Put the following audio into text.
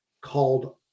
called